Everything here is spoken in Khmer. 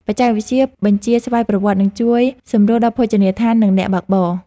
បច្ចេកវិទ្យាបញ្ជាស្វ័យប្រវត្តិ នឹងជួយសម្រួលដល់ភោជនីយដ្ឋាន និងអ្នកបើកបរ។